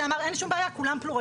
שלך.